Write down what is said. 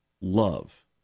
love